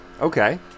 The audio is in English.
Okay